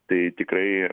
tai tikrai